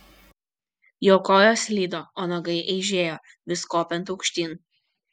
jo kojos slydo o nagai eižėjo vis kopiant aukštyn